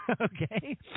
Okay